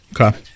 Okay